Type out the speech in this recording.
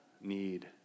need